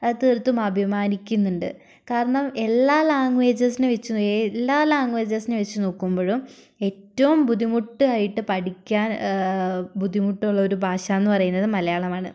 തീർത്തും അഭിമാനിക്കുന്നുണ്ട് കാരണം എല്ലാ ലാംഗ്വേജസിനെ വച്ച് എല്ലാ ലാംഗ്വേജസിനെ വച്ച് നോക്കുമ്പോഴും ഏറ്റവും ബുദ്ധിമുട്ട് ആയിട്ട് പഠിക്കാൻ ബുദ്ധിമുട്ടുള്ളൊരു ഭാഷയെന്നു പറയുന്നത് മലയാളമാണ്